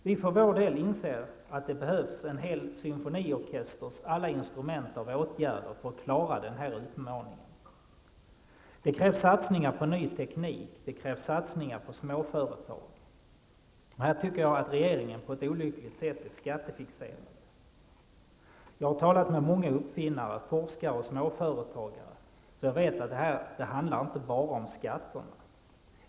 Vi för vår del inser att det behövs en hel symfoniorkesters alla instrument av åtgärder för att klara den här utmaningen. Det krävs satsningar på ny teknik. Det krävs satsningar på småföretag. Jag tycker att regeringen på ett olyckligt sätt är skattefixerad här. Jag har talat med många uppfinnare, forskare och småföretagare och vet att här handlar det inte bara om skatterna.